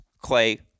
Clay